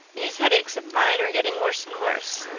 these headaches of mine are getting worse and worse.